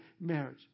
marriage